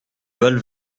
val